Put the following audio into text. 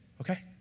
Okay